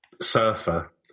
surfer